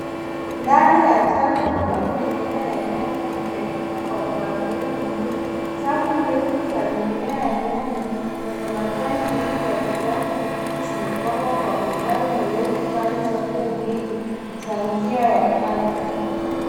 Ndani ya chafu ambapo mimea ya nyanya inalimwa kwa mpangilio mzuri, safu ndefu za mimea ya nyanya, zenye majani mengi ya kijani kibichi zimepangwa kwa mstari mrefu pande zote mbili ,za njia ya kati.